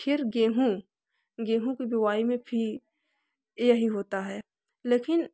फिर गेहूँ गेहूँ की बुआई मे भी यही होता है लेकिन